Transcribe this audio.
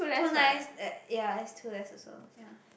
too nice ya is too less also